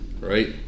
right